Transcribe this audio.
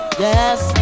yes